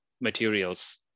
Materials